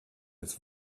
des